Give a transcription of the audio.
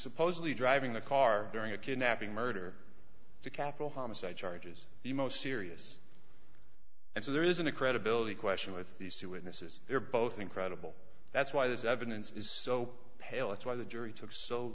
supposedly driving the car during a kidnapping murder capital homicide charges the most serious and so there isn't a credibility question with these two witnesses they're both incredible that's why this evidence is so pale it's why the jury took so